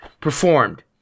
performed